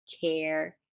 care